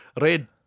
red